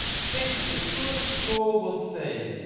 things the truest soul will say!